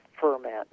ferment